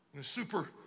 super